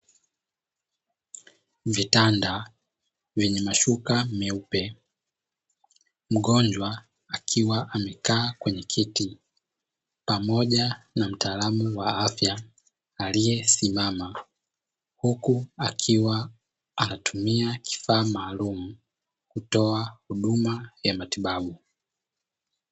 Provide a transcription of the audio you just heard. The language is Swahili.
Vitanda vyenye mashuka meupe. Mgonjwa akiwa amekaa kwenye kiti pamoja na mtaalamu wa afya aliyesimama, huku akiwa anatumia kifaa maalumu kutoa huduma ya matibabu.